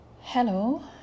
Hello